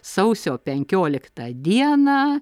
sausio penkioliktą dieną